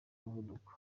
muvuduko